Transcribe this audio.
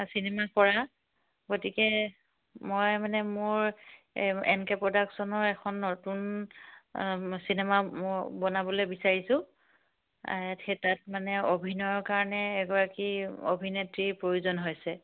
cinema কৰা গতিকে মই মানে মোৰ এন কে প্ৰডাকশ্য়নৰ এখন নতুন চিনেমা বনাবলৈ বিচাৰিছোঁ সেই তাত মানে অভিনয়ৰ কাৰণে এগৰাকী অভিনেত্ৰীৰ প্ৰয়োজন হৈছে